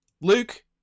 Luke